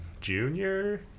junior